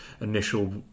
initial